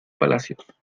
palacios